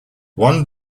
one